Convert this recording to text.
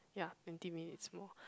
ya twenty minutes more